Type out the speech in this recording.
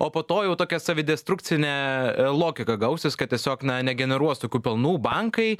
o po to jau tokia savidestrukcinė logika gausis kad tiesiog na negeneruos tokių pelnų bankai